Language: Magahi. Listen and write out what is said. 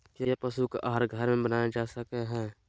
क्या पशु का आहार घर में बनाया जा सकय हैय?